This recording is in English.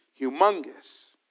humongous